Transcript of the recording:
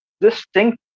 distinct